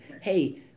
Hey